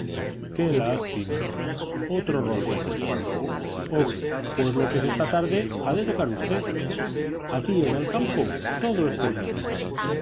qué lástima otro rossini oh pues lo que es esta tarde ha de tocar usted aquí en el campo todo es permitido